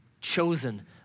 chosen